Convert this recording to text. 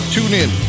TuneIn